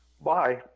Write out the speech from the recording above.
Bye